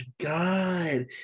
God